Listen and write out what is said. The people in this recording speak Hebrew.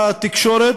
לתקשורת,